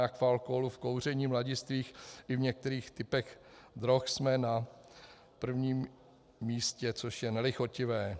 Jak v alkoholu, v kouření mladistvých i v některých typech drog jsme na prvním místě, což je nelichotivé.